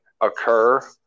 occur